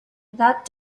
that